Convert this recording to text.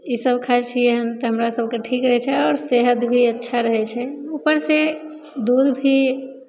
ई सब खाय छियै हन तऽ हमरा सबके ठीक रहै छै आओर सेहत भी अच्छा रहै छै ऊपर से दूध भी